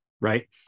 right